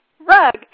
rug